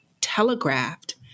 telegraphed